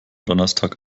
donnerstag